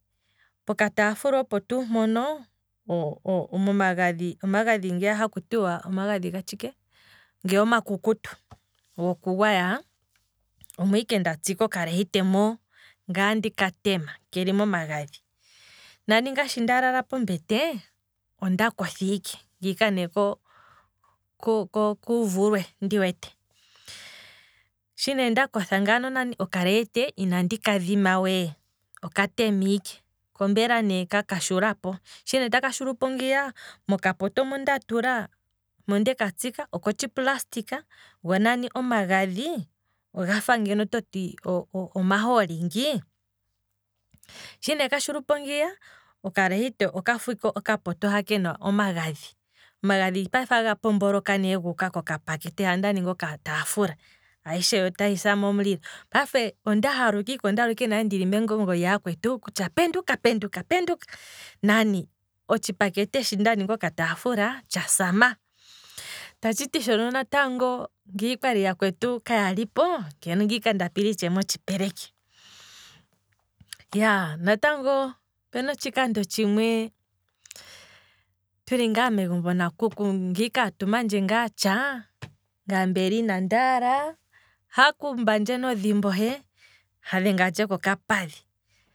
Poka taafula opo tuu mpono momagadhi, omagadhi ngeya haku tiwa omagadhi gatshike, ngeya omakukutu goku gwaya, omo ike nda tsike okalehita moo ngaye andika tema keli momagadhi, nani nangaye shi nda lala pombete, onda kotha ike. ngiika ne ko- ko- komvulwe ndi wete, shi nee ndakotha ngano, okalehite inandi kadhima wee, oka tema ike ko mbela nee kaka shulapo, shi ne taka shulupo ngiya, moka poto mu nda tula oko tshi plastic go nani omagadhi owafa toti omahooli ngii, shi nee taka shulupo ngiya, otaka fike omagadhi, omagadhi nani otaga mbomboloka ike guuka koka pakete ha ndaninga oka taafula, ayishe yo otayi sama omulilo, payife onda haluka ike, onda mono ike ndili mengungo lya yakwetu kutya penduka penduka, nani otshipakete shi ndaninga oka taafula tsha sama, shono natango ngeno okwali yakwetu kaya lipo ngeno nda pila itshewe motshipeleki, iyaa, natango opena otshikando tshimwe, tuli ngaa megumbo nakuku ngiika atumandje ngaa tsha, ngaye mbela inandaala, sho akuumbandje nodhimbo he, ha dhengandje koka padhi